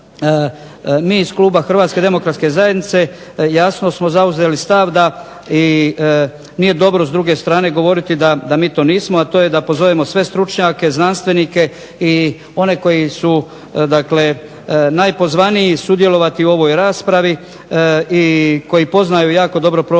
mi iz kluba Hrvatske demokratske zajednice jasno smo zauzeli stav da nije dobro s druge strane govoriti da mi to nismo, a to je da pozovemo sve stručnjake, znanstvenike i one koji su najpozvaniji sudjelovati u ovoj raspravi i koji poznaju jako dobro problem